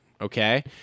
Okay